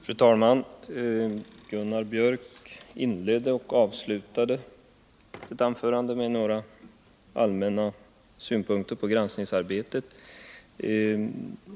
Fru talman! Gunnar Biörck i Värmdö inledde och avslutade sitt anförande med några allmänna synpunkter på granskningsarbetet.